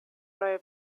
neue